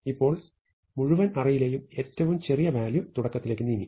ഇപ്പോൾ മുഴുവൻ അറേയിലെയും ഏറ്റവും ചെറിയ വാല്യൂ തുടക്കത്തിലേക്ക് നീങ്ങി